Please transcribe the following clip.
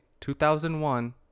2001